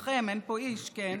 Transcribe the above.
כולכם, אין פה איש, כן?